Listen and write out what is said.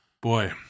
boy